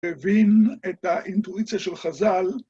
להבין את האינטואיציה של חז"ל.